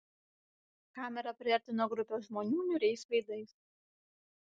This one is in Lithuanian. kamera priartino grupę žmonių niūriais veidais